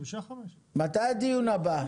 מתי הדיון הבא?